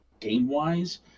game-wise